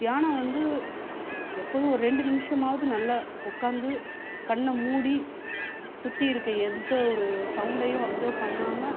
தியானம் வந்து எப்போதும் ஒரு ரெண்டு நிமிஷமாவது நல்லா உக்காந்து கண்ண மூடி சுற்றி இருக்க எந்த ஒரு சவுண்டயும் அப்சர்வ் பண்ணாமல்